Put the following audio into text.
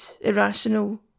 irrational